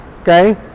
Okay